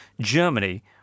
Germany